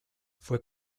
fue